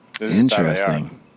interesting